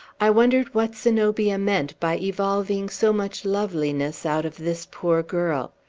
i wondered what zenobia meant by evolving so much loveliness out of this poor girl.